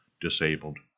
Disabled